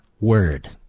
word